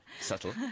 subtle